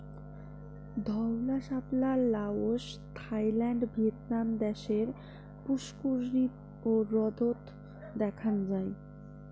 ধওলা শাপলা Laos, Thailand, Vietnam দ্যাশের পুস্কুরিনী ও হ্রদত দ্যাখাং যাই